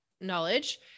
knowledge